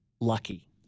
lucky